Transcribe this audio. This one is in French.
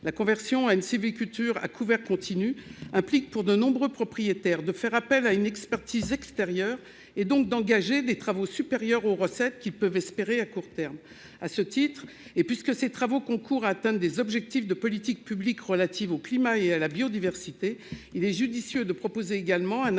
La conversion à une sylviculture à couvert continu implique, pour de nombreux propriétaires, de faire appel à une expertise extérieure et d'engager des travaux dont le coût est supérieur aux recettes qu'ils peuvent espérer à court terme. À ce titre, et puisque ces travaux concourent à atteindre des objectifs de politiques publiques relatives au climat et à la biodiversité, un accompagnement fiscal